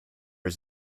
was